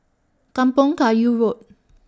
Kampong Kayu Road